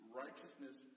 righteousness